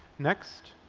next,